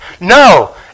No